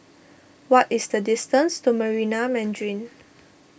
what is the distance to Marina Mandarin